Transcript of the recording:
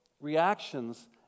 reactions